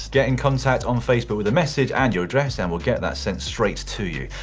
get in contact on facebook with a message, and your address, and we'll get that sent straight to you.